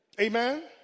Amen